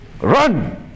Run